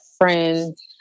friends